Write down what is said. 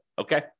Okay